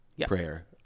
prayer